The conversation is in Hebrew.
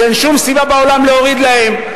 שאין שום סיבה בעולם להוריד להם.